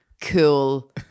cool